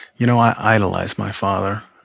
you know, i idolized my father.